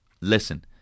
listen